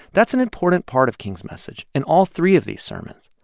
that's an important part of king's message in all three of these sermons.